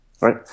Right